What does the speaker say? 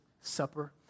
supper